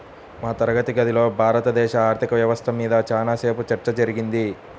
మా తరగతి గదిలో భారతదేశ ఆర్ధిక వ్యవస్థ మీద చానా సేపు చర్చ జరిగింది